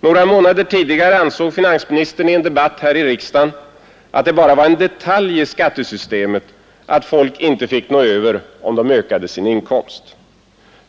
Några månader tidigare ansåg finansministern i en debatt här i riksdagen att det bara var en ”detalj” i skattesystemet att människorna inte fick något över om de ökade sin inkomst.